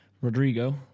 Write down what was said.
Rodrigo